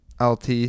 lt